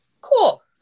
cool